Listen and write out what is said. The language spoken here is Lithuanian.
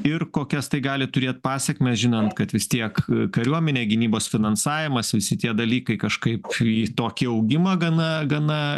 ir kokias tai gali turėt pasekmes žinant kad vis tiek kariuomenė gynybos finansavimas visi tie dalykai kažkaip į tokį augimą gana gana